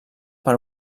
per